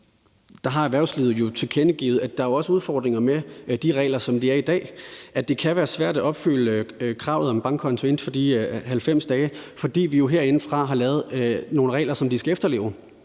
balance. Erhvervslivet har tilkendegivet, at der jo også er udfordringer med de regler, som de er i dag, og at det kan være svært at opfylde kravet om en bankkonto inden for de 90 dage, fordi vi jo herindefra har lavet nogle regler, som de skal efterleve,